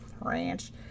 Ranch